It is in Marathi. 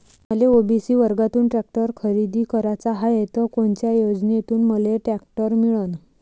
मले ओ.बी.सी वर्गातून टॅक्टर खरेदी कराचा हाये त कोनच्या योजनेतून मले टॅक्टर मिळन?